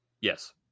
Yes